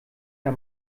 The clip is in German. der